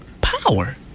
power